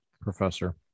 professor